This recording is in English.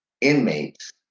inmates